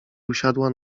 usiadła